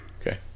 Okay